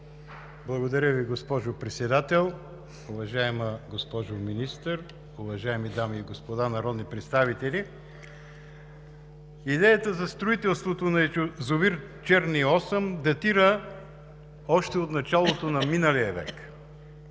Благодаря Ви, госпожо Председател! Уважаема госпожо Министър, уважаеми дами и господа народни представители! Идеята за строителството на язовир „Черни Осъм“ датира още от началото на миналия век,